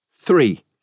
Three